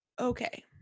Okay